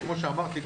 וכמו שאמרתי,